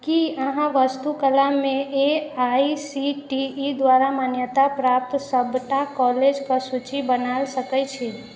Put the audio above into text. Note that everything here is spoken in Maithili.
की अहाँ वास्तुकला मे A I C T E द्वारा मान्यताप्राप्त सबटा कॉलेजके सूची बना सकैत छी